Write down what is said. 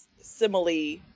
simile